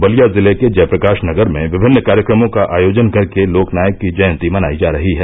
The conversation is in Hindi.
बलिया जिले के जय प्रकाश नगर में विभिन्न कार्यक्रमों का आयोजन कर के लोकनायक की जयंती मनाई जा रही है